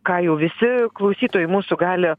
ką jau visi klausytojai mūsų gali